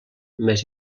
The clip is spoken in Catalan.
més